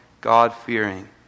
God-fearing